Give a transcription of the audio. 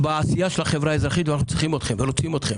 בעשייה של החברה האזרחית ואנחנו צריכים אותה ורוצים אותה.